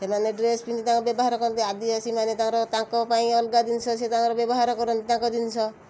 ସେମାନେ ଡ୍ରେସ୍ ପିନ୍ଧି ବ୍ୟବହାର କରନ୍ତି ଆଦିବାସୀମାନେ ତାଙ୍କର ତାଙ୍କ ପାଇଁ ଅଲଗା ଜିନିଷ ସେ ତାଙ୍କର ବ୍ୟବହାର କରନ୍ତି ତାଙ୍କ ଜିନିଷ